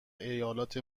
ایالت